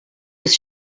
was